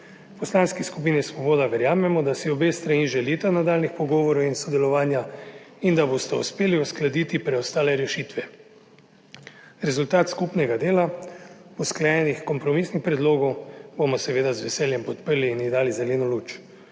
Poslanski skupini Svoboda verjamemo, da si obe strani želita nadaljnjih pogovorov in sodelovanja in da bosta uspeli uskladiti preostale rešitve. Rezultat skupnega dela usklajenih kompromisnih predlogov bomo seveda z veseljem podprli in mu dali zeleno luč.